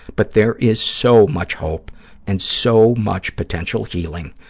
but there is so much hope and so much potential healing.